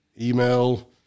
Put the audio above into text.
Email